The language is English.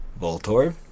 Voltorb